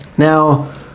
Now